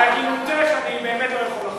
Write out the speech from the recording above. על הגינותך אני באמת לא יכול להגיד,